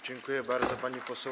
Dziękuję bardzo, pani poseł.